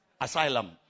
Asylum